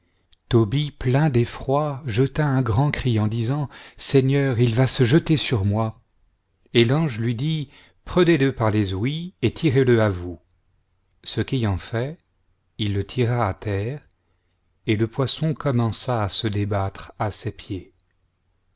tobie plein d'effroi jeta un grand cri en disant seigneur il va se jeter sur moi et l'ange lui dit prenez-le par les ouïes et tirez-le à vous ce qu'ayant fait il le tira à terre et h poisson commença à se débattre à ses pieds